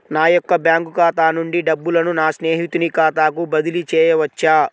నా యొక్క బ్యాంకు ఖాతా నుండి డబ్బులను నా స్నేహితుని ఖాతాకు బదిలీ చేయవచ్చా?